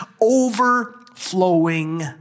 overflowing